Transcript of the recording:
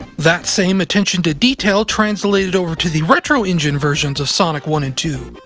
that same attention to detail translated over to the retro engine versions of sonic one and two,